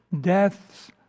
deaths